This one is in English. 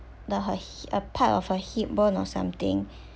the her hi~ a part of a hip bone or something